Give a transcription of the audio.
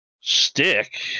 stick